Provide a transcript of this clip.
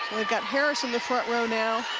got harris in the front row now